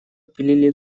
пилили